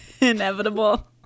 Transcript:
inevitable